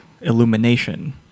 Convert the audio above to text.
illumination